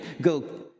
go